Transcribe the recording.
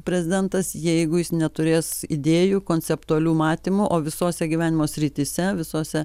prezidentas jeigu jis neturės idėjų konceptualių matymų o visose gyvenimo srityse visose